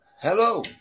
Hello